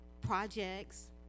projects